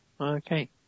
okay